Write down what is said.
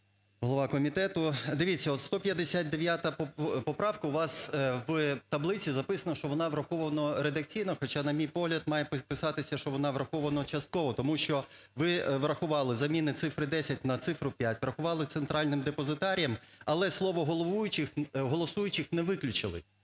голова комітету, дивіться, от 159 поправка. У вас в таблиці записано, що вона врахована редакційно, хоча, на мій погляд, має писатися, що вона врахована частково. Тому що ви врахували заміну цифри 10 на цифру 5, врахували центральним депозитарієм, але слово "головуючих"… "голосуючих"